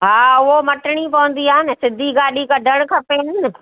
हा उहो मटिणी पवंदी आहे न सिधी गाॾी कढणु खपेनि न